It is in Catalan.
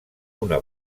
una